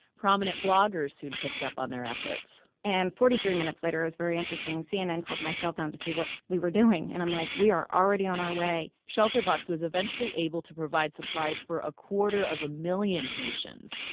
prominent bloggers soon picked up on their efforts and forty three minutes later it was very interesting cnn called my cell phone to see what we were doing. and i'm like, we are already on our way. shelterbox was eventually able to provide supplies for a quarter of a million haitians.